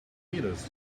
meters